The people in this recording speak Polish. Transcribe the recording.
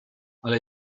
ale